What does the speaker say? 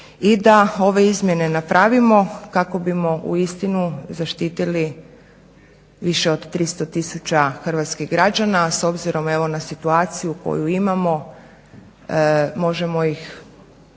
i da ove izmjene napravimo kako bismo uistinu zaštitili više od 300 tisuća hrvatskih građana, a s obzirom evo na situaciju koju imamo možemo ih vrlo